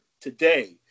today